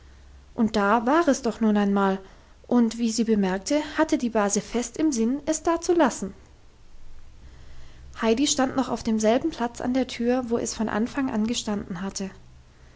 und da war es doch nun einmal und wie sie bemerkte hatte die base fest im sinn es dazulassen heidi stand noch auf demselben platz an der tür wo es von anfang an gestanden hatte